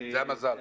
זה המזל.